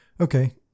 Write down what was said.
okay